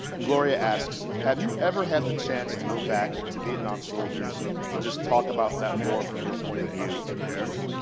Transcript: gloria asks, have you ever had the chance to go back to vietnam soldiers and just talk about that war from your point of view and theirs?